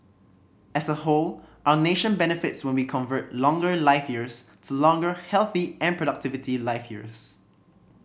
as a whole our nation benefits when we convert longer life years to longer healthy and productivity life years